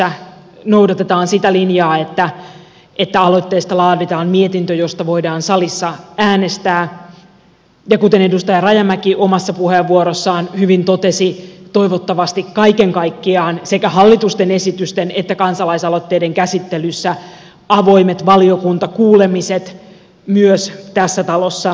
toivottavasti noudatetaan sitä linjaa että aloitteesta laaditaan mietintö josta voidaan salissa äänestää ja kuten edustaja rajamäki omassa puheenvuorossaan hyvin totesi toivottavasti kaiken kaikkiaan sekä hallitusten esitysten että kansalaisaloitteiden käsittelyssä avoimet valiokuntakuulemiset myös tässä talossa lisääntyvät